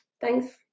Thanks